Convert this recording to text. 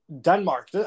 Denmark